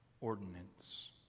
ordinance